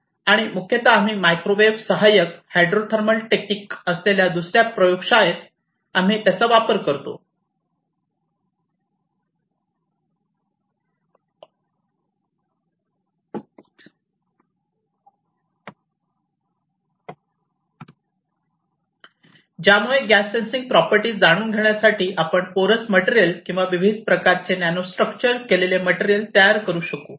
आणि मुख्यत मायक्रोवेव्ह सहाय्यक हायड्रोथर्मल टेक्निक असलेल्या दुसर्या प्रयोगशाळेत आम्ही त्याचा वापर करतो ज्यामुळे गॅस सेन्सिंग प्रॉपर्टी जाणून घेण्यासाठी आपण पोरस मटेरियल किंवा विविध प्रकारचे नॅनोस्ट्रक्चर केलेले मटेरियल तयार करू शकू